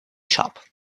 shop